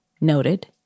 noted